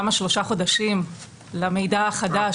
גם השלושה חודשים למידע החדש,